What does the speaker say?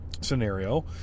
scenario